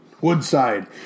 Woodside